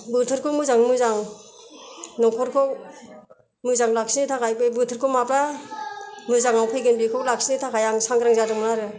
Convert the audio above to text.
बोथोरखौ मोजाङै मोजां न'खरखौ मोजां लाखिनो थाखाय बे बोथोरखौ माब्ला मोजाङाव फैगोन बेखौ लाखिनो थाखाय आं सांग्रां जादोंमोन आरो